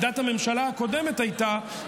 עמדת הממשלה הקודמת הייתה,